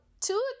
two